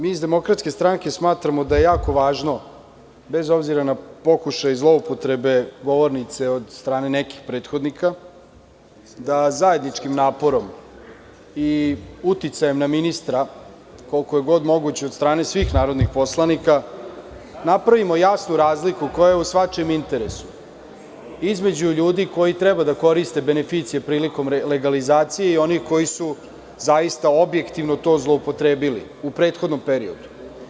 Mi iz DS smatramo da je jako važno, bez obzira na pokušaj i zloupotrebe govornice od strane nekih prethodnika, da zajedničkim naporom i uticajem na ministra koliko je god moguće od strane svih narodnih poslanika, napravimo jasnu razliku koja je u svačijem interesu, između ljudi koji treba da koriste beneficije prilikom legalizacije i onih koji su zaista objektivno to zloupotrebili u prethodnom periodu.